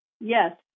Yes